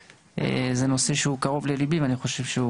זה נושא שהוא קרוב לליבי ואני חושב שהוא